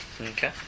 Okay